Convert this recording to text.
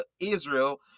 Israel